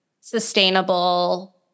sustainable